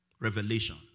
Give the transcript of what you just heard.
Revelation